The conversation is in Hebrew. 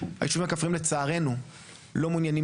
היישובים הכפריים לצערנו לא מעוניינים